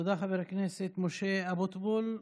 תודה, חבר הכנסת משה אבוטבול.